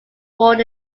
born